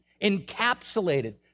encapsulated